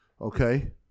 Okay